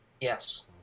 Yes